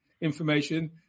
information